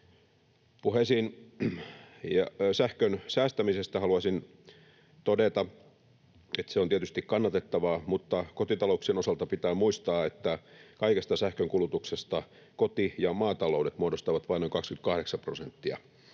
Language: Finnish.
Sähkön säästämisestä haluaisin todeta, että se on tietysti kannatettavaa, mutta kotita-louksien osalta pitää muistaa, että kaikesta sähkönkulutuksesta koti- ja maataloudet muodostavat vain noin 28 prosenttia,